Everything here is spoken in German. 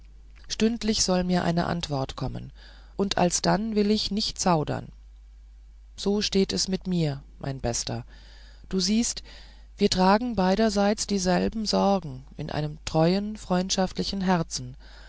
stündlich soll mir eine antwort kommen und alsdann will ich nicht zaudern so steht es mit mir mein bester du siehst wir tragen beiderseits dieselben sorgen in einem treuen freundschaftlichen herzen